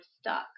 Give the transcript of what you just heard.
stuck